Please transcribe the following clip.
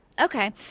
Okay